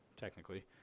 technically